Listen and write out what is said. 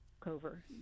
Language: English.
Cover